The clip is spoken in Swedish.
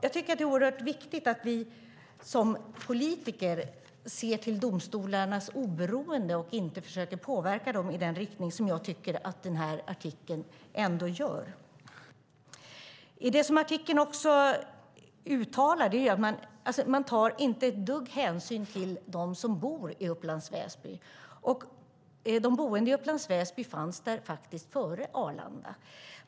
Jag tycker att det är oerhört viktigt att vi som politiker ser till domstolarnas oberoende och inte försöker påverka dem i den riktning som artikeln gör. I artikeln tar man inte ett dugg hänsyn till dem som bor i Upplands Väsby. De boende i Upplands Väsby fanns faktiskt före Arlanda!